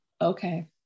Okay